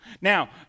Now